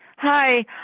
Hi